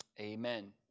Amen